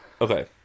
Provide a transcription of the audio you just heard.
Okay